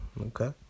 Okay